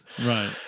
Right